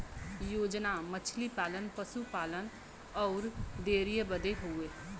योजना मछली पालन, पसु पालन अउर डेयरीए बदे हउवे